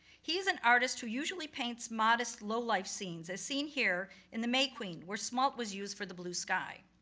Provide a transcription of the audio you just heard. he's an artist who usually paints modest, low life scenes, as seen here, in the may queen, where smalt was used for the blue sky.